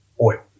oil